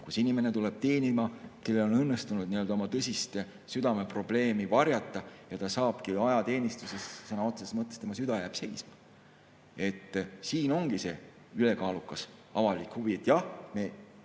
kui inimene tuleb teenima, tal on õnnestunud oma tõsist südameprobleemi varjata, ja ajateenistuses sõna otseses mõttes jääb tema süda seisma. Siin ongi see ülekaalukas avalik huvi, et jah, me riivame